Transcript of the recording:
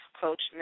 coach